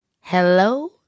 Hello